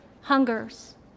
hungers